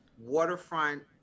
waterfront